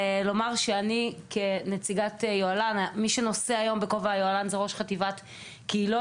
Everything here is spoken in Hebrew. מי שנושאת היום בכובע היוהל"ן היא ראש חטיבת קהילות.